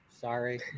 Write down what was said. Sorry